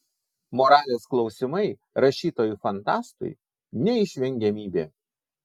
moralės klausimai rašytojui fantastui neišvengiamybė